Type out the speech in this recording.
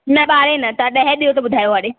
न ॿारहं न तव्हां ॾह ॾियोयो त ॿुधायो हाणे